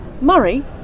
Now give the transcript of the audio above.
Murray